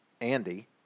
Andy